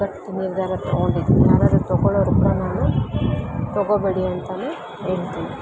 ಗಟ್ಟಿ ನಿರ್ಧಾರ ತಗೊಂಡಿದಿನಿ ಯಾರಾರು ತಗೊಳೊರಹತ್ರ ನಾನು ತಗೊಬೇಡಿ ಅಂತ ಹೇಳ್ತಿನಿ